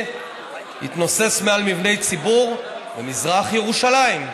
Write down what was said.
יתנוסס מעל מבני ציבור במזרח ירושלים".